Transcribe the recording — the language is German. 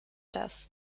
das